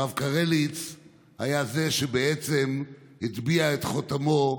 הרב קרליץ הוא שבעצם הטביע את חותמו,